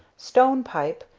stone pipe,